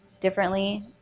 differently